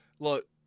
Look